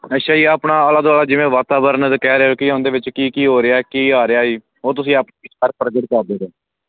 ਅੱਛਾ ਜੀ ਆਪਣਾ ਆਲਾ ਦੁਆਲਾ ਜਿਵੇਂ ਵਾਤਾਵਰਨ ਦਾ ਕਹਿ ਰਹੇ ਹੋ ਕਿ ਉਹਦੇ ਵਿੱਚ ਕੀ ਕੀ ਹੋ ਰਿਹਾ ਕੀ ਆ ਰਿਹਾ ਜੀ ਉਹ ਤੁਸੀਂ ਹਰ ਪ੍ਰਗਟ ਕਰਦੇ ਦੇ